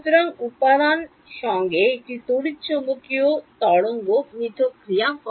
সুতরাং উপাদান সঙ্গে একটি তড়িৎ চৌম্বক তরঙ্গ মিথস্ক্রিয়া হয়